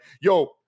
yo –